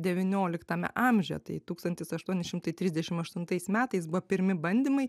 devynioliktame amžiuje tai tūkstantis aštuoni šimtai trisdešim aštuntais metais buvo pirmi bandymai